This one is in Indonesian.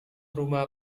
rumah